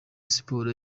sports